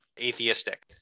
atheistic